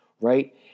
right